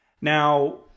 Now